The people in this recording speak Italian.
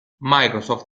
microsoft